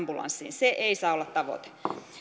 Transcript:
ambulanssiin se ei saa olla tavoite